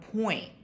point